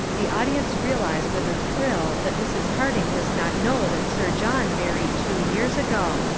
the audience realize with a thrill that mrs. harding does not know that sir john married two years ago,